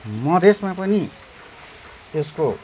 मदेसमा पनि यसको